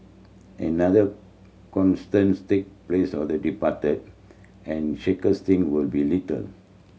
another take place of the departed and thing will be little